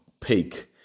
peak